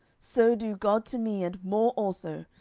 so do god to me, and more also,